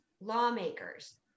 lawmakers